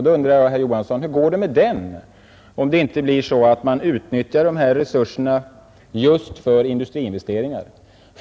Då undrar jag, herr Johansson, hur det går med den om man inte utnyttjar dessa resurser just för industriinvesteringar?